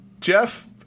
Jeff